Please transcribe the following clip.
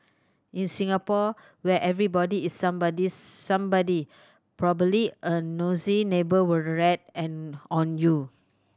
in Singapore where everybody is somebody's somebody probably a nosy neighbour will rat and on you